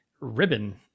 ribbon